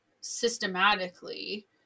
systematically